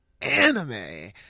anime